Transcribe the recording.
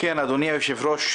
אדוני היושב-ראש,